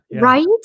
right